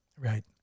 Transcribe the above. Right